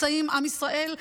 עם ישראל,